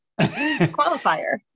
qualifier